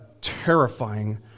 terrifying